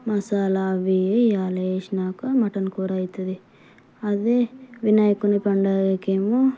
మసాలా అవి వేయాలి వేసాక మటన్ కూర అవుతుంది అదే వినాయకుని పండగకి ఏమో